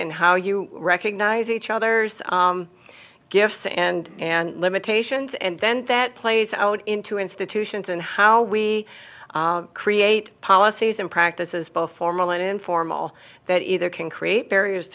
and how you recognize each other's gifts and and limitations and then that plays out into institutions and how we create policies and practices both formal and informal that either can create barriers